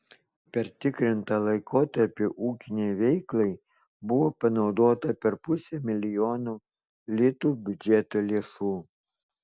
per tikrintą laikotarpį ūkinei veiklai buvo panaudota per pusę milijono litų biudžeto lėšų